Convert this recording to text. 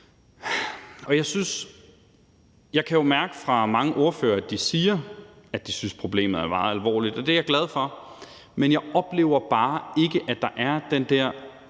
Jeg kan jo høre på mange ordførere, at de siger, at de synes, at problemet er meget alvorligt. Det er jeg glad for, men jeg oplever bare ikke, at der er den der